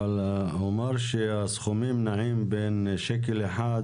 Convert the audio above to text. אומר שהסכומים נעים בין שקל אחד,